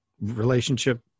relationship